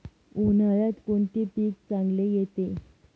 उन्हाळ्यात कोणते पीक चांगले येते?